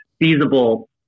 feasible